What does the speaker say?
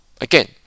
again